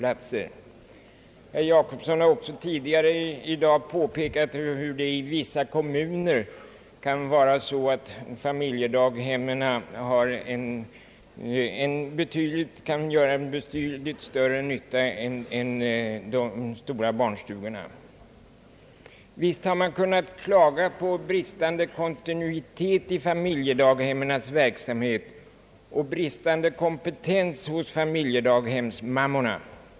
Herr Jacobsson har också tidigare i dag påpekat hur det i vissa kommuner kan vara så att familjedaghemmen gör betydligt större nytta än de stora barnstugorna. Visst har man kunnat klaga på bristande kontinuitet i familjedaghemmens verksamhet och på bristande kompetens hos familjedaghemsmammorna.